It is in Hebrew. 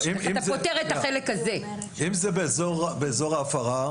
אם זה באזור ההפרה,